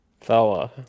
fella